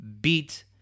beat